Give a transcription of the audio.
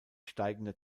steigender